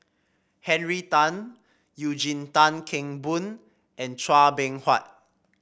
Henry Tan Eugene Tan Kheng Boon and Chua Beng Huat